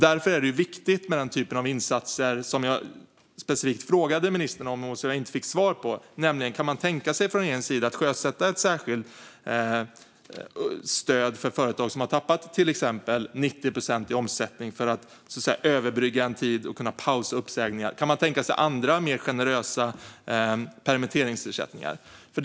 Därför är det viktigt med den typ av insatser som jag specifikt frågade ministern om och som jag inte fick svar på, nämligen: Kan man tänka sig från regeringens sida att sjösätta ett särskilt stöd för företag som har tappat till exempel 90 procent i omsättning för att överbrygga en tid och kunna pausa uppsägningar? Kan man tänka sig andra mer generösa permitteringsersättningar?